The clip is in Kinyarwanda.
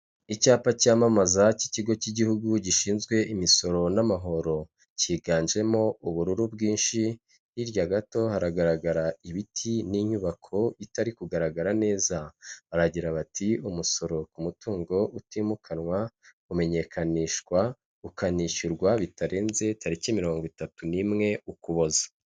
Icyapa cyamamaza cy'Ikigo cy'Igihugu gishinzwe Imisoro n'Amahoro. Cyiganjemo ubururu bwinshi, hirya gato haragaragara ibiti n'inyubako itari kugaragara neza. Baragira bati:"Umusoro ku mutungo utimukanwa umenyekanishwa, ukanishyurwa bitarenze tariki mirongo itatu n'imwe Ukuboza.